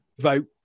vote